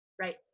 Right